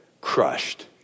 crushed